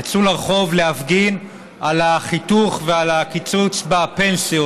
יצאו לרחוב להפגין על החיתוך ועל הקיצוץ בפנסיות